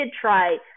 try